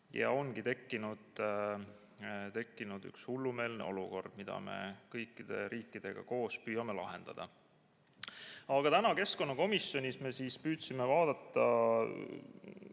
Ongi tekkinud hullumeelne olukord, mida me kõigi teiste riikidega koos püüame lahendada. Täna keskkonnakomisjonis me püüdsime vaadata